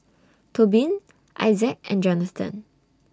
Tobin Issac and Jonathan